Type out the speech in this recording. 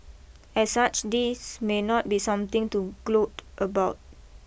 as such this may not be something to gloat about